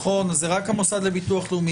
זה רק המוסד לביטוח לאומי,